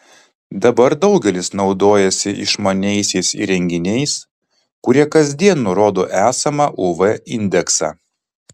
dabar daugelis naudojasi išmaniaisiais įrenginiais kurie kasdien nurodo esamą uv indeksą